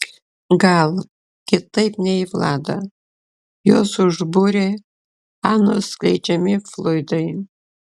gal kitaip nei vladą juos užbūrė anos skleidžiami fluidai